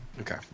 Okay